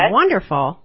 wonderful